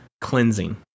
cleansing